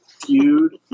feud